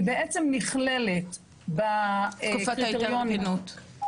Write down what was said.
היא בעצם נכללת בקריטריונים,